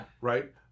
Right